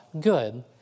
good